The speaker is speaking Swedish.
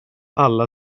alla